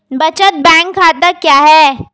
बचत बैंक खाता क्या है?